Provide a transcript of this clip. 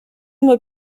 mois